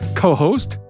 co-host